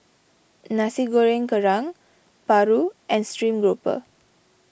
Nasi Goreng Kerang Paru and Stream Grouper